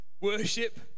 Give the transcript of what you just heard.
worship